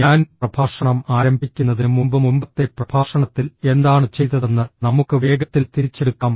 ഞാൻ പ്രഭാഷണം ആരംഭിക്കുന്നതിന് മുമ്പ് മുമ്പത്തെ പ്രഭാഷണത്തിൽ എന്താണ് ചെയ്തതെന്ന് നമുക്ക് വേഗത്തിൽ തിരിച്ചെടുക്കാം